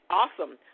awesome